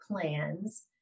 plans